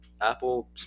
Apple